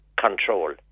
control